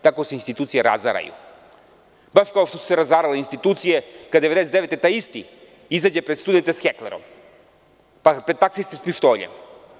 Tako se institucije razaraju, baš kao što su se razarale institucije kada 1999. godine taj isti izađe pred studente sa heklerom, pa pred taksistu sa pištoljem.